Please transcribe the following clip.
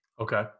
Okay